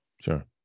Sure